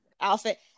outfit